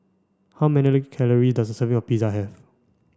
how many calories does a serving of Pizza have